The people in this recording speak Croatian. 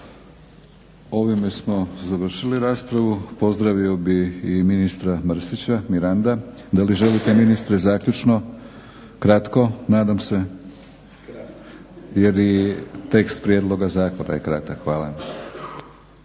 Ovime smo završili raspravu. Pozdravio bi i ministra Miranda Mrsića. Da li želite ministre zaključno? Kratko nadam se jer i tekst prijedloga zakona je kratak. Hvala.